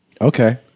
Okay